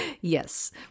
Yes